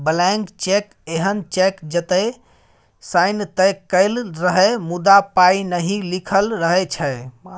blank cheque एहन cheque जतय sign तए कएल रहय मुदा पाइ नहि लिखल रहै छै